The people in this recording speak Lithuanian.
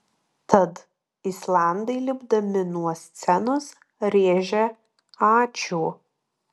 tad islandai lipdami nuo scenos rėžė ačiū